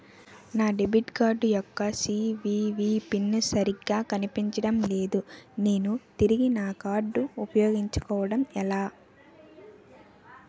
నా debit card యెక్క CVV PIN సరిగా కనిపించడం లేదు నేను తిరిగి నా కార్డ్ఉ పయోగించుకోవడం ఎలా?